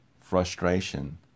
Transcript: frustration